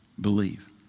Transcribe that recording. believe